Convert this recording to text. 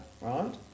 right